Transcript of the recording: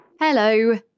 Hello